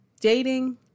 Dating